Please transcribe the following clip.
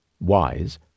wise